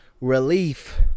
relief